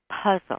puzzle